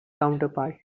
counterpart